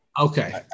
Okay